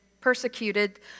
persecuted